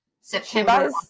September